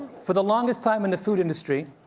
for the longest time in the food industry,